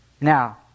Now